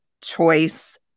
choice